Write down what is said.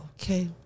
Okay